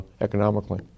economically